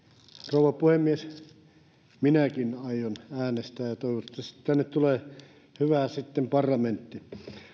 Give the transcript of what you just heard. rouva puhemies minäkin aion äänestää ja toivottavasti tänne tulee sitten hyvä parlamentti